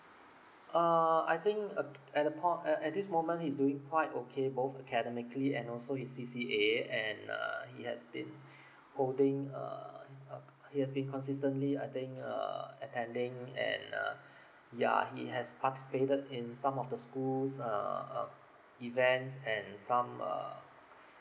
uh I think uh at the point uh at this moment he's doing quite okay both academically and also his C_C_A and uh he has been holding uh uh he has been consistently I think err attending and err yeah he has participated in some of the school's err err events and some uh